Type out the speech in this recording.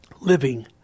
Living